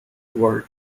world